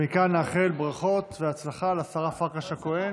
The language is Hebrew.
ותעבור להמשך דיון בוועדת הכנסת לקביעת ועדה.